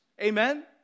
Amen